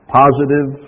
positive